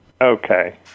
Okay